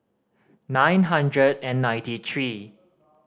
nine hundred and ninety three